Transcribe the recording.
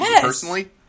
personally